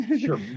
Sure